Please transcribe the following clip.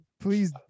Please